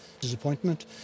disappointment